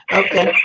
okay